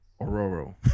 Aurora